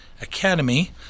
Academy